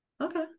okay